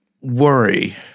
worry